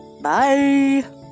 Bye